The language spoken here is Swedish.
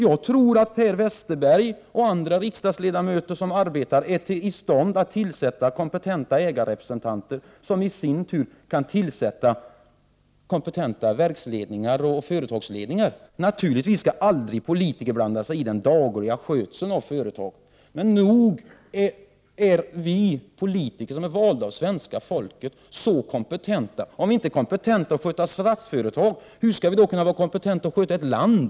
Jag tror att Per Westerberg och andra riksdagsledamöter som arbetar är i stånd att tillsätta kompetenta ägarrepresentanter, som i sin tur kan tillsätta kompetenta verksledningar och företagsledningar. Naturligtvis skall politiker aldrig blanda sig i den dagliga skötseln av företagen, men nogär vi politiker, som är valda av svenska folket, så kompetenta. Om vi inte är kompetenta att sköta statsföretag, hur skall vi då kunna vara kompetenta att sköta ett land?